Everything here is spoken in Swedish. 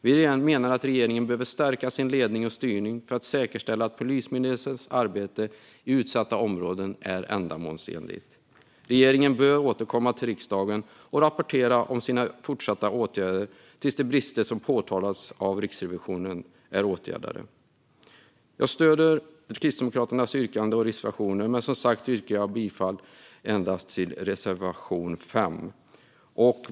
Vi menar att regeringen behöver stärka sin ledning och styrning för att säkerställa att Polismyndighetens arbete i utsatta områden blir ändamålsenligt. Regeringen bör återkomma till riksdagen och rapportera om sina fortsatta åtgärder tills de brister som påtalats av Riksrevisionen är åtgärdade. Jag stöder Kristdemokraternas yrkanden och reservationer, men jag yrkar bifall endast till reservation 5, som sagt.